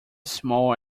small